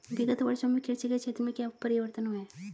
विगत वर्षों में कृषि के क्षेत्र में क्या परिवर्तन हुए हैं?